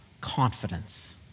confidence